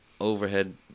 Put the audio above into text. overhead